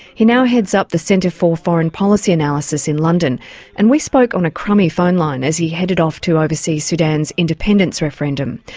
he now heads up the centre for foreign policy analysis in london and we spoke on a crummy phone line as he headed off to oversee sudan's independence referendum.